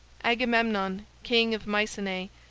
agamemnon, king of mycenae,